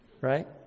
Right